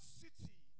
city